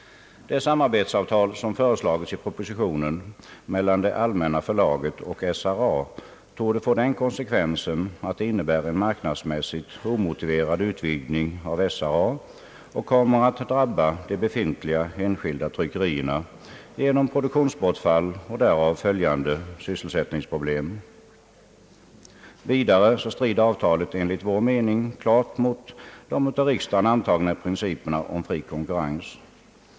Det samarbetsavtal mellan det allmänna förlaget och SRA som föreslagits i propositionen torde få den konsekvensen, att det innebär en marknadsmässigt omotiverad utvidgning av SRA samt kommer att drabba de befintliga enskilda tryckerierna genom produktionsbortfall och därav följande sysselsättningsproblem. Vidare strider avtalet enligt vår mening klart mot de av riksdagen antagna principerna om fri konkurrens.